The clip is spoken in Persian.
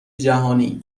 جهانی